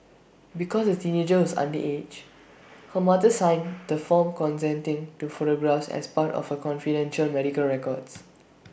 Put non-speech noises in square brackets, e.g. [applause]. [noise] because the teenager was underage her mother signed the form consenting to photographs as part of her confidential medical records